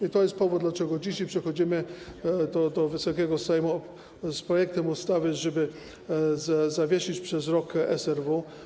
I to jest powód, dlaczego dzisiaj przychodzimy do Wysokiego Sejmu z projektem ustawy, żeby zawiesić przez rok SRW.